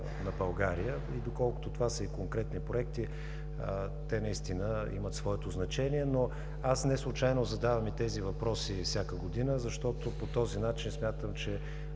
на България. Доколкото това са и конкретни проекти, те наистина имат своето значение. Аз неслучайно задавам и тези въпроси всяка година, защото по този начин смятам, че